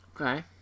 okay